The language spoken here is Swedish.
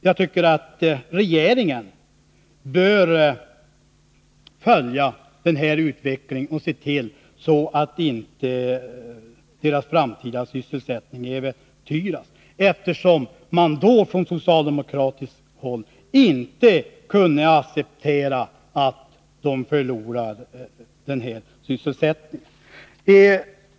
Jag tycker att regeringen bör följa utvecklingen och se till att dessa handikappades framtida sysselsättning inte äventyras, särskilt som man från socialdemokratiskt håll tidigare inte kunnat acceptera något sådant.